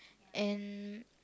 and